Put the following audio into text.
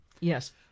Yes